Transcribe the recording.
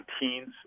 teens